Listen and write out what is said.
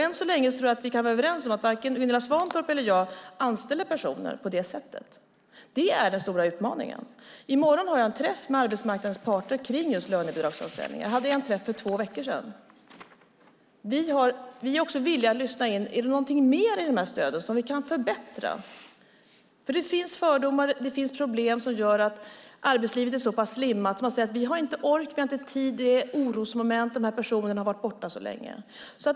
Än så länge kan vi vara överens om att varken Gunilla Svantorp eller jag anställer personer på det sättet. Det är den stora utmaningen. I morgon har jag en träff med arbetsmarknadens parter om lönebidragsanställningar. Jag hade en träff för två veckor sedan. Vi är villiga att lyssna in om det finns något mer i stöden vi kan förbättra. Det finns fördomar och problem som gör att arbetslivet blir så pass slimmat att de inte har ork eller tid och det finns orosmoment; dessa personer har varit borta så länge.